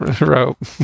Rope